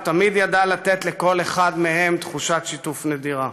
הוא תמיד ידע לתת לכל אחד מהם תחושת שיתוף נדירה.